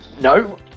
No